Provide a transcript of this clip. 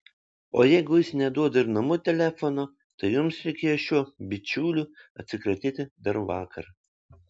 o jeigu jis neduoda ir namų telefono tai jums reikėjo šiuo bičiuliu atsikratyti dar vakar